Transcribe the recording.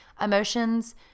emotions